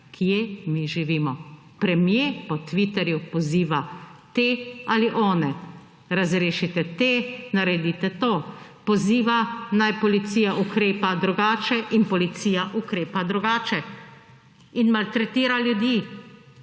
Kje mi živimo? Premier po Twitterju poziva te ali one, razrešite te, naredite to. Poziva naj policija ukrepa, drugače in policija ukrepa drugače. In maltretira ljudi